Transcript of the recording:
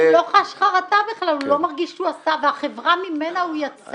-- הוא לא חש חרטה, והחברה שממנה הוא יצא